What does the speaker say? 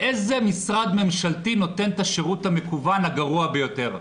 'איזה משרד ממשלתי נותן את השירות המקוון הגרוע ביותר'.